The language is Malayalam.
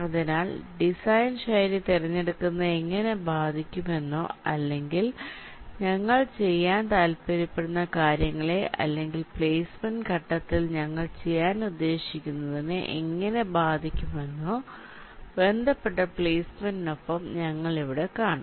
അതിനാൽ ഡിസൈൻ ശൈലി തിരഞ്ഞെടുക്കുന്നത് എങ്ങനെ ബാധിക്കുമെന്നോ അല്ലെങ്കിൽ ഞങ്ങൾ ചെയ്യാൻ താൽപ്പര്യപ്പെടുന്ന കാര്യങ്ങളെ അല്ലെങ്കിൽ പ്ലെയ്സ്മെന്റ് ഘട്ടത്തിൽ ഞങ്ങൾ ചെയ്യാൻ ഉദ്ദേശിക്കുന്നതിനെ എങ്ങനെ ബാധിക്കുമെന്നോ ബന്ധപ്പെട്ട പ്ലെയ്സ്മെൻറിനൊപ്പം ഞങ്ങൾ ഇവിടെ കാണും